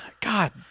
God